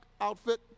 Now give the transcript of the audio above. outfit